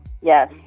Yes